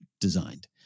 designed